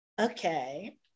okay